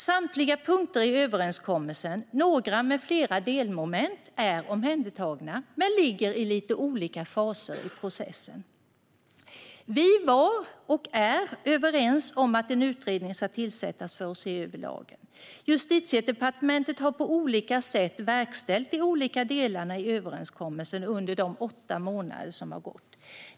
Samtliga punkter i överenskommelsen, några med flera delmoment, är omhändertagna men ligger i lite olika faser i processen. Vi var och är överens om att en utredning för att se över lagen ska tillsättas. Justitiedepartementet har på olika sätt verkställt de olika delarna i överenskommelsen under de åtta månader som har gått.